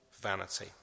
vanity